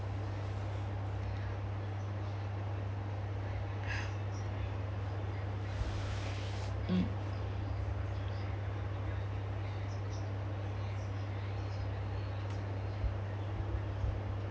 mm